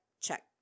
check